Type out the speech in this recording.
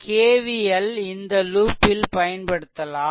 K V L இந்த loop ல் பயன்படுத்தலாம்